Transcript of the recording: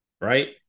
Right